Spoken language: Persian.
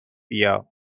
بیا